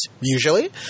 usually